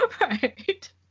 Right